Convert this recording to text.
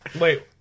Wait